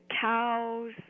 cows